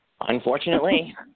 Unfortunately